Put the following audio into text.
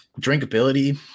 Drinkability